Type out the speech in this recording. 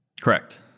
Correct